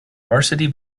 varsity